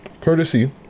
Courtesy